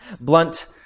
blunt